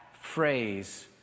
phrase